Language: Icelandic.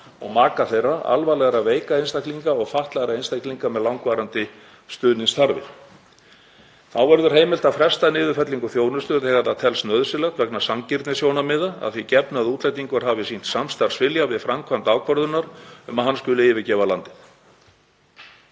og maka þeirra, alvarlegra veikra einstaklinga og fatlaðra einstaklinga með langvarandi stuðningsþarfir. Þá verður heimilt að fresta niðurfellingu þjónustu þegar það telst nauðsynlegt vegna sanngirnissjónarmiða að því gefnu að útlendingur hafi sýnt samstarfsvilja við framkvæmd ákvörðunar um að hann skuli yfirgefa landið.